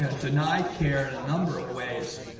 so deny care in a number of ways,